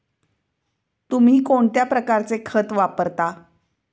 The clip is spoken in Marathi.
तुम्ही कोणत्या प्रकारचे खत वापरता?